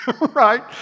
right